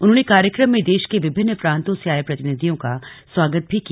उन्होंने कार्यक्रम में देश के विभिन्न प्रान्तों से आये प्रतिनिधियों का स्वागत भी किया